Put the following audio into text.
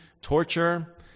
torture